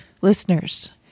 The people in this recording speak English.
Listeners